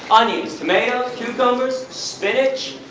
onions, tomatoes, cucumbers, spinach?